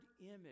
image